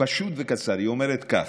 פשוט וקצר, היא אומרת כך: